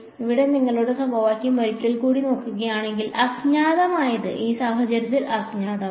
ഇവിടെ നിങ്ങളുടെ സമവാക്യം ഒരിക്കൽ കൂടി നോക്കുകയാണെങ്കിൽ അജ്ഞാതമായത് ഈ സാഹചര്യത്തിൽ അജ്ഞാതമാണ്